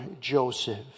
Joseph